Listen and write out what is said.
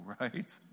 right